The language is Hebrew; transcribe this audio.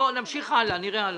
נמשיך הלאה, נראה הלאה.